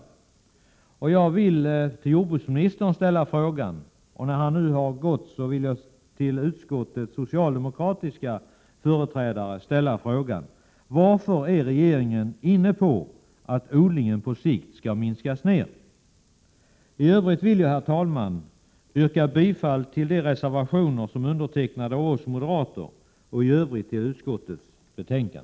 Jag hade för avsikt att ställa en fråga till jordbruksministern, men eftersom han nu har lämnat kammaren vill jag ställa den till jordbruksutskottets företrädare: Varför är regeringen inne på att odlingen på sikt skall minskas ned? Herr talman! Jag yrkar bifall till de reservationer som är avgivna av oss moderater och i övrigt bifall till utskottets hemställan.